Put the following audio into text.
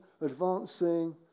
advancing